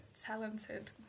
talented